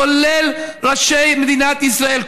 כולל ראשי מדינת ישראל,